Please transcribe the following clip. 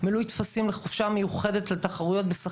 מילוי טפסים תוך סחבת בלתי-נגמרת,